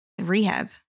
rehab